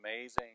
amazing